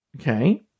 Okay